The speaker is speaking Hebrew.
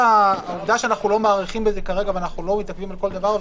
העובדה שאנחנו לא מאריכים בזה כרגע ואנחנו לא מתעכבים על כל דבר,